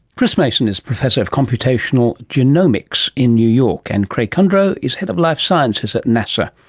chris mason is professor of computational genomics in new york, and craig kundrot is head of life sciences at nasa,